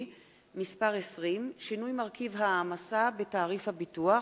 (מס' 20) (שינוי מרכיב ההעמסה בתעריף הביטוח),